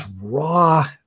raw